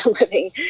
living